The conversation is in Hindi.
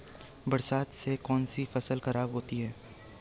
बरसात से कौन सी फसल खराब होती है?